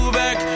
back